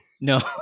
No